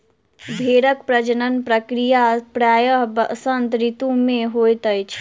भेड़क प्रजनन प्रक्रिया प्रायः वसंत ऋतू मे होइत अछि